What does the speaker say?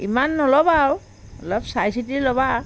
ইমান নল'বা আৰু অলপ চাই চিতি ল'বা